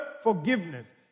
forgiveness